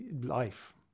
life